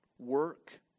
work